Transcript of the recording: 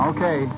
Okay